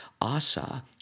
Asa